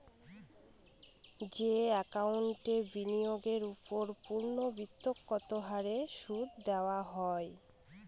যে একাউন্টে বিনিয়োগের ওপর পূর্ণ্যাবৃত্তৎকত হারে সুদ দেওয়া হয়